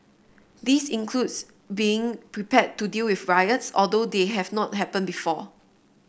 these includes being prepared to deal with riots although they have not happened before